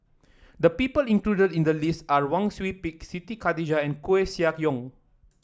the people included in the list are Wang Sui Pick Siti Khalijah and Koeh Sia Yong